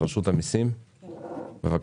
רשות המיסים, בבקשה.